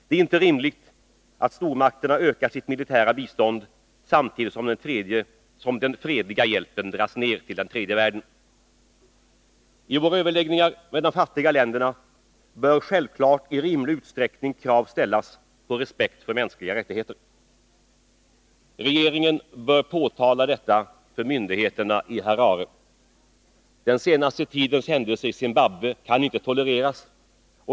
Det är inte rimligt att stormakterna ökar sitt militära bistånd samtidigt som den fredliga hjälpen till den tredje världen dras ned. I våra överläggningar med de fattiga länderna bör självfallet i rimlig utsträckning krav ställas på respekt för mänskliga rättigheter. Regeringen bör framhålla detta för myndigheterna i Harare. Den senaste tidens händelser i Zimbabwe kan inte tolereras.